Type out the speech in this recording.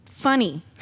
funny